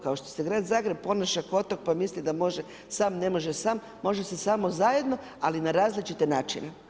Kao što se grad Zagreb ponaša kao otok, pa misli da može sam, ne može sam, može se samo zajedno, ali na različite načine.